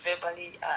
verbally